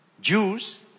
Jews